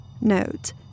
Note